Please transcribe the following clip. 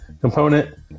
component